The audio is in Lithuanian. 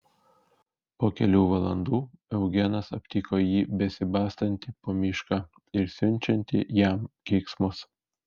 po kelių valandų eugenas aptiko jį besibastantį po mišką ir siunčiantį jam keiksmus